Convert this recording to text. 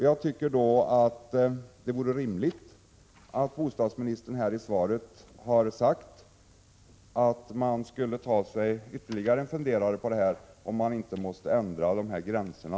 Jag tycker att det vore rimligt om bostadsministern här i svaret hade sagt att man skulle ta sig en ytterligare funderare på om man inte måste ändra beloppsgränserna.